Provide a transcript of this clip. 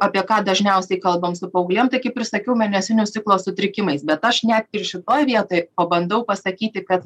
apie ką dažniausiai kalbam su paauglėm tai kaip ir sakiau mėnesinių ciklo sutrikimais bet aš ne šitoj vietoj pabandau pasakyti kad